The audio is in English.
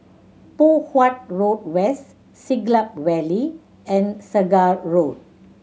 Poh Huat Road West Siglap Valley and Segar Road